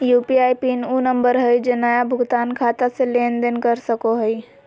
UPI PIN उ number हइ जे नया भुगतान खाता से लेन देन कर सको हइ